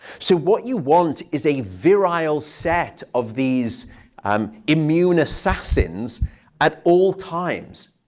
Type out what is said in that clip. so what you want is a virile set of these um immune assassins at all times.